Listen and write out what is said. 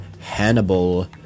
Hannibal